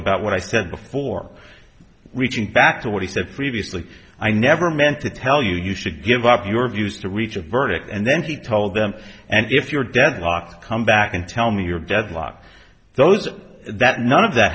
about what i said before reaching back to what he said previously i never meant to tell you you should give up your views to reach a verdict and then he told them and if you're deadlocked come back and tell me you're deadlocked those that none of that